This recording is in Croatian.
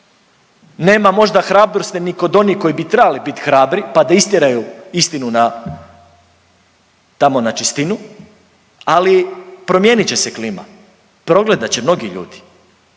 nema možda hrabrosti ni kod onih koji bi trebali biti hrabri pa da istjeraju istinu na tamo na čistinu, ali promijenit će se klima, progledat će mnogi ljudi,